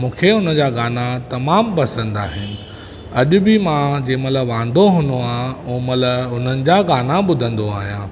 मूंखे उन जा गाना तमामु पसंदि आहिनि अॼ बि मां जंहिं महिल वांदो हूंदो आहियां उहा महिल हुननि जा गाना ॿुधंदो आहियां